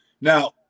Now